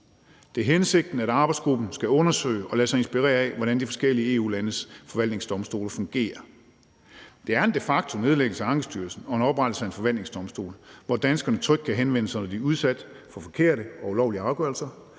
Det er hensigten, at arbejdsgruppen skal undersøge og lade sig inspirere af, hvordan de forskellige EU-landes forvaltningsdomstole fungerer. Det er en de facto-nedlæggelse af Ankestyrelsen og en oprettelse af en forvaltningsdomstol, hvor danskerne trygt kan henvende sig, når de er udsat for forkerte og ulovlige afgørelser,